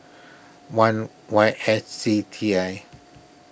one Y S C T I